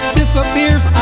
disappears